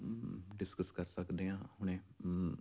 discuss ਕਰ ਸਕਦੇ ਹਾਂ ਹੁਣੇ